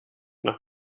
nach